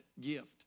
gift